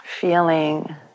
Feeling